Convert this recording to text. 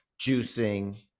juicing